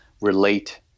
relate